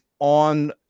on